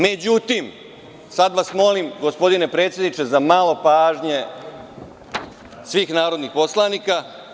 Međutim, sada vas molim, gospodine predsedniče, za malo pažnje svih narodnih poslanika.